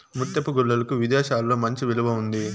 ముత్యపు గుల్లలకు విదేశాలలో మంచి విలువ ఉంది